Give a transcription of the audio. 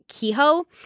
Kehoe